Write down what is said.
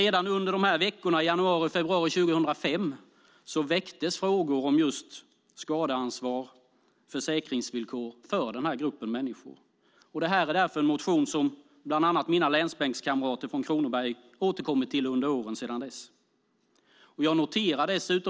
Redan under dessa veckor i januari och februari 2005 väcktes frågor om skadeansvar och försäkringsvillkor för just den här gruppen människor. Det är därför en fråga som bland annat mina länsbänkskamrater från Kronoberg har återkommit till i motioner under åren sedan dess.